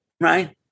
right